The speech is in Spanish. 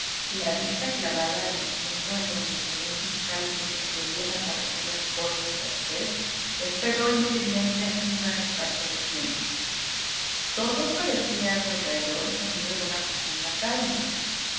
y la vista clavada en el punto en donde según sus cálculos debían aparecer las corzas garcés esperó inútilmente un gran espacio de tiempo todo parecía a su alrededor sumido en una profunda calma